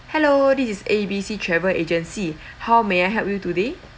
hello this is A B C travel agency how may I help you today